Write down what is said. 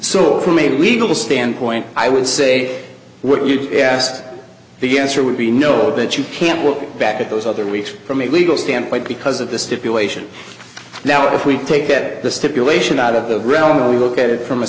so from a legal standpoint i would say what you asked begins or would be no or that you can't work back at those other weeks from a legal standpoint because of the stipulation now if we take it the stipulation out of the realm we look at it from a